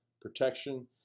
protection